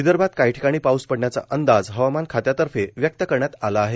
विदर्भात काही ठिकाणी पाऊस पडण्याचा अंदाज हवामान खात्या तर्फे व्यक्त करण्यात आला आहे